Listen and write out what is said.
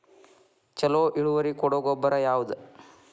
ಛಲೋ ಇಳುವರಿ ಕೊಡೊ ಗೊಬ್ಬರ ಯಾವ್ದ್?